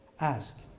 Ask